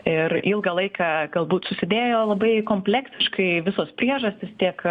ir ilgą laiką galbūt susidėjo labai kompleksiškai visos priežastys tiek